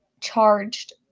charged